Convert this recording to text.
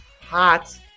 hot